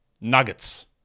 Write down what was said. Nuggets